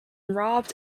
robbed